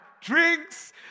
drinks